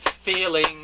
feeling